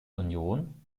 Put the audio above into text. union